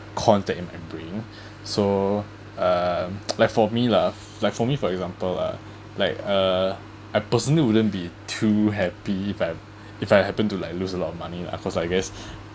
con that it might bring so uh like for me lah like for me for example lah like uh I personally wouldn't be too happy if I if I happen to like lose a lot of money lah cause I guess